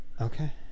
Okay